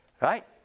right